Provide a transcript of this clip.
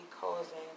causing